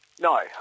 No